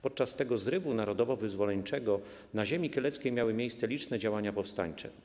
Podczas tego zrywu narodowo-wyzwoleńczego na ziemi kieleckiej miały miejsce liczne działania powstańcze.